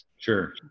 Sure